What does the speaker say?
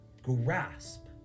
grasp